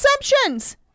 assumptions